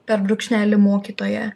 per brūkšnelį mokytoja